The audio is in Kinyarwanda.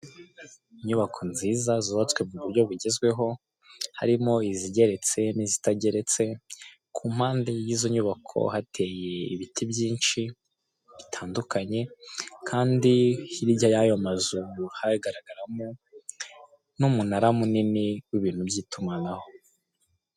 Inyubako nziza zubatswe mu buryo bugezweho, harimo izigeretse n'izitageretse, ku mpande y'izo nyubako hateye ibiti byinshi, bitandukanye, kandi hirya y'ayo mazu hayagaragaramo n'umunara munini w'ibintu by'itumanaho.